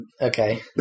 Okay